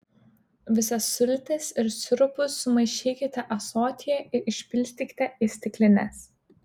visas sultis ir sirupus sumaišykite ąsotyje ir išpilstykite į stiklines